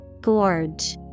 Gorge